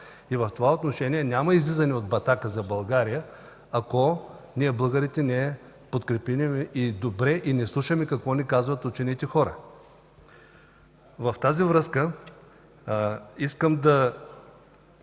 В това отношение няма излизане от батака за България, ако ние българите не подкрепим добре и не слушаме какво ни казват учените хора. В тази връзка искам да